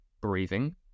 breathing